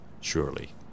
surely